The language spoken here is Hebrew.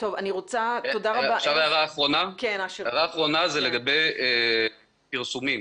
הערה אחרונה זה לגבי פרסומים,